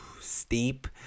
steep